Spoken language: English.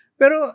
pero